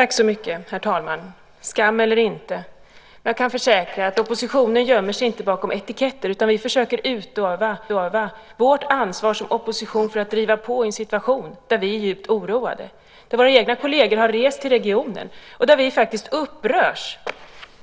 Herr talman! Skam eller inte: Jag kan försäkra att oppositionen inte gömmer sig bakom etiketter. Vi försöker utöva vårt ansvar som opposition för att driva på i en situation där vi är djupt oroade, där våra egna kolleger har rest till regionen och där vi faktiskt upprörs.